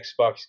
Xbox